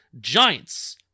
GIANTS